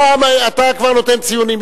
אתה כבר נותן ציונים.